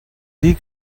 dir